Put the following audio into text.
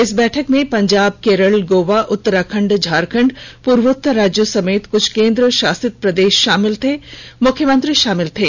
इस बैठक में पंजाब केरल गोवा उत्तराखंड झारखंड पूर्वोत्तर राज्यों समेत कुछ केंद्र शासित प्रदेश शामिल के मुख्यमंत्री शामिल थे